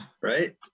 right